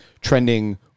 trending